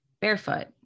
barefoot